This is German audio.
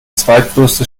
zweitgrößte